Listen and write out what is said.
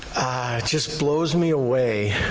just blows me away,